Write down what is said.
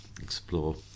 explore